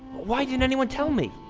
why didn't anyone tell me?